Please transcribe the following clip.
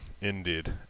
Indeed